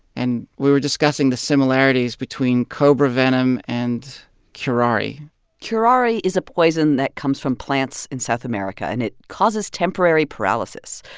and we were discussing the similarities between cobra venom and curare curare is a poison that comes from plants in south america, and it causes temporary paralysis.